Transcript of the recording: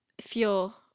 feel